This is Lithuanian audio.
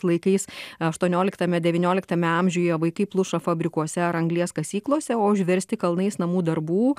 laikais aštuonioliktame devynioliktame amžiuje vaikai plušo fabrikuose ar anglies kasyklose o užversti kalnais namų darbų